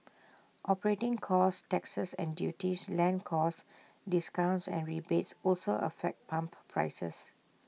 operating costs taxes and duties land costs discounts and rebates also affect pump prices